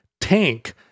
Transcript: tank